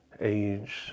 age